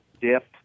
dip